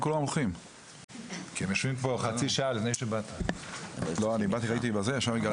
ניסים ואטורי, בבקשה.